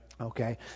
okay